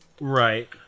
right